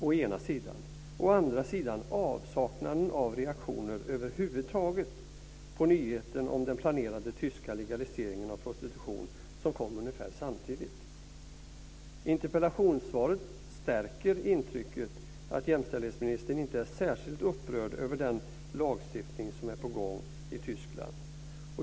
Däremot saknades över huvud taget reaktioner på nyheten om den planerade tyska legaliseringen av prostitution som kom ungefär samtidigt. Interpellationssvaret stärker intrycket att jämställdhetsministern inte är särskilt upprörd över den lagstiftning som är på gång i Tyskland.